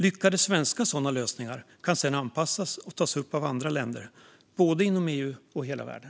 Lyckade svenska sådana lösningar kan sedan anpassas och tas upp av andra länder, både inom EU och i hela världen.